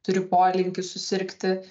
turi polinkį susirgti